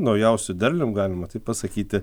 naujausiu derlium galima taip pasakyti